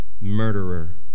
murderer